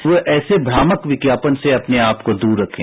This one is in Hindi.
तो ऐसे भ्रामक विज्ञापन से अपने आपको दूर रखें